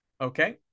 Okay